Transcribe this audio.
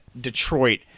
Detroit